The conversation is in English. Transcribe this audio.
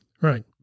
Right